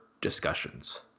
discussions